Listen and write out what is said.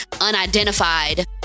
unidentified